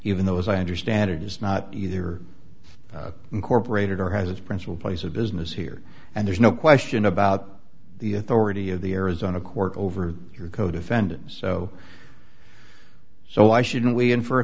even though as i understand it is not either incorporated or has its principal place of business here and there's no question about the authority of the arizona court over your codefendant so so why shouldn't we infer